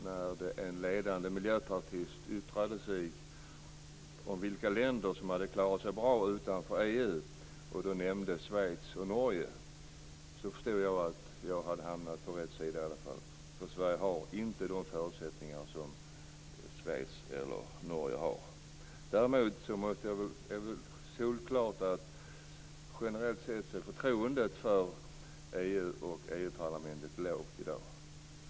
När en ledande miljöpartist yttrade sig om vilka länder som hade klarat sig bra utanför EU och då nämnde Schweiz och Norge förstod jag att jag i alla fall hade hamnat på rätt sida. Sverige har ju inte de förutsättningarna som Schweiz eller Norge har. Däremot är det väl solklart att förtroendet för EU och EU-parlamentet generellt sett är lågt i dag.